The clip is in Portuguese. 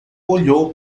olhou